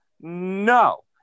No